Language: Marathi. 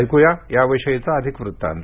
ऐकूया याविषयीचा अधिक वृत्तान्त